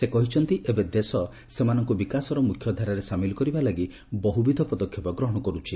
ସେ କହିଛନ୍ତି ଏବେ ଦେଶ ସେମାନଙ୍କ ବିକାଶରେ ମୁଖ୍ୟଧାରାରେ ସାମିଲ୍ କରିବା ଲାଗି ବହୁବିଧ ପଦକ୍ଷେପ ଗ୍ରହଣ କର୍ରଛି